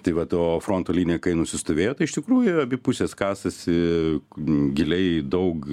tai vat o fronto linija kai nusistovėjo tai iš tikrųjų abi pusės kasasi giliai daug